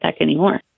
anymore